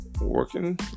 working